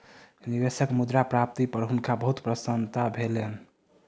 निवेशक मुद्रा प्राप्ति पर हुनका बहुत प्रसन्नता भेलैन